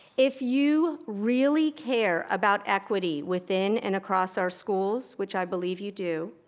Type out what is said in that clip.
if you really care about equity within and across our schools, which i believe you do,